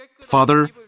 Father